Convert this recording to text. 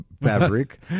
fabric